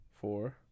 four